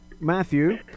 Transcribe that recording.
Matthew